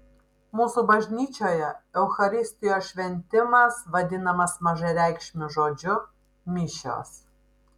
mūsų bažnyčioje eucharistijos šventimas vadinamas mažareikšmiu žodžiu mišios